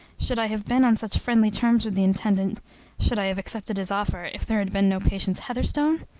should i have been on such friendly terms with the intendant should i have accepted his offer, if there had been no patience heatherstone?